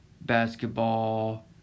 basketball